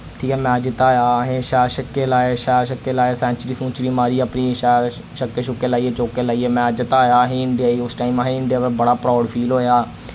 ठीक ऐ मैच जिताया असें शैल छक्के लाए शैल छक्के लाए सैंचरी मारी अपनी शैल छक्के छुक्के लाइयै चौके लाइयै मैच जिताया असें इंडिया ही उस टाइम असें इंडिया पर बड़ा प्राउड फील होआ